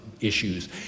issues